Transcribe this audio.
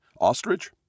Ostrich